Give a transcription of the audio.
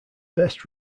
best